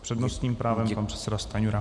S přednostním právem pan předseda Stanjura.